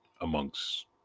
amongst